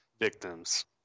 victims